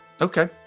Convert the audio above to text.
okay